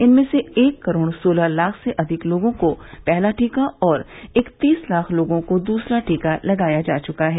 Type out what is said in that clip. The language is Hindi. इनमें से एक करोड़ सोलह लाख से अधिक लोगों को पहला टीका और इकतीस लाख लोगों को दूसरा टीका लगाया जा चुका है